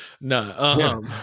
No